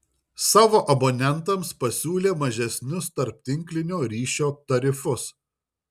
savo abonentams pasiūlė mažesnius tarptinklinio ryšio tarifus